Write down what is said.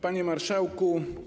Panie Marszałku!